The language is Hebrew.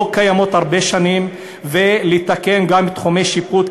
קיימות הרבה שנים ולתקן גם תחומי שיפוט,